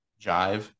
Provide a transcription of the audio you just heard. jive